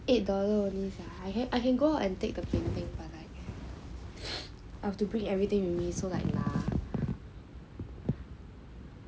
eight dollar only sia I can I can go out and take the painting I have to bring everything with me so like